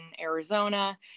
Arizona